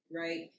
right